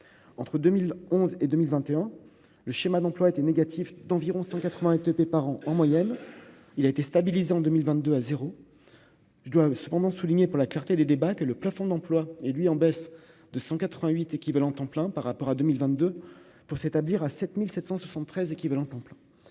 entre 2011 et 2021, le schéma d'emplois était négatif d'environ 180 ITT par an en moyenne, il a été stabilisé en 2022 à 0 je dois cependant souligner pour la clarté des débats que le plafond d'emplois est lui en baisse de 188 équivalents temps plein par rapport à 2022, pour s'établir à 7773 équivalents temps plein,